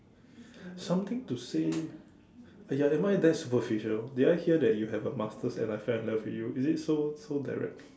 something to say ya am I that superficial did I hear that you have a masters and I fell in love you is it so so direct